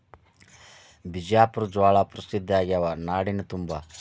ಬಿಜಾಪುರ ಜ್ವಾಳಾ ಪ್ರಸಿದ್ಧ ಆಗ್ಯಾವ ನಾಡಿನ ತುಂಬಾ